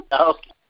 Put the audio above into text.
Okay